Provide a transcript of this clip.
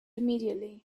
immediately